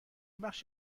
بخش